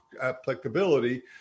applicability